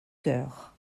heures